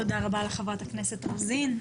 תודה רבה לחברת הכנסת רוזין.